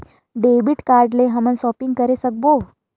Debit card ले हमन shopping करे सकबो?